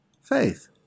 Faith